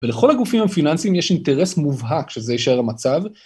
ולכל הגופים הפיננסיים יש אינטרס מובהק שזה יישאר המצב.